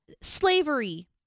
Slavery